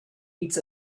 eats